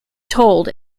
told